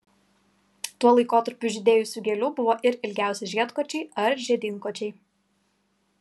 tuo laikotarpiu žydėjusių gėlių buvo ir ilgiausi žiedkočiai ar žiedynkočiai